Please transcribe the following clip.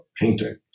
painting